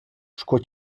sco